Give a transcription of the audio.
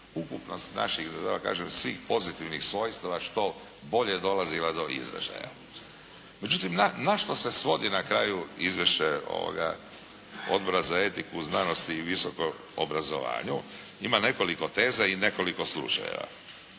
ukupnost naših da tako kažem svih pozitivnih svojstava što bolje dolazila do izražaja. Međutim, na što se svodi na kraju izvješće ovoga Odbora za etiku, znanost i visoko obrazovanje? Ima nekoliko teza i nekoliko slučajeva.